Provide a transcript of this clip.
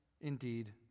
indeed